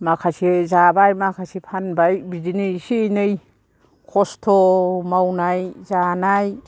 माखासे जाबाय माखासे फानबाय बिदिनो एसे एनै खस्थ' मावनाय जानाय